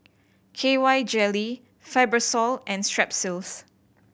K Y Jelly Fibrosol and Strepsils